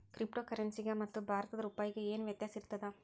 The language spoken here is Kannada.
ಕ್ರಿಪ್ಟೊ ಕರೆನ್ಸಿಗೆ ಮತ್ತ ಭಾರತದ್ ರೂಪಾಯಿಗೆ ಏನ್ ವ್ಯತ್ಯಾಸಿರ್ತದ?